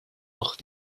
noch